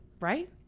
right